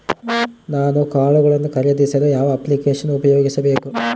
ನಾನು ಕಾಳುಗಳನ್ನು ಖರೇದಿಸಲು ಯಾವ ಅಪ್ಲಿಕೇಶನ್ ಉಪಯೋಗಿಸಬೇಕು?